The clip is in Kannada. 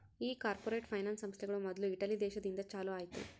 ಈ ಕಾರ್ಪೊರೇಟ್ ಫೈನಾನ್ಸ್ ಸಂಸ್ಥೆಗಳು ಮೊದ್ಲು ಇಟಲಿ ದೇಶದಿಂದ ಚಾಲೂ ಆಯ್ತ್